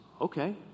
Okay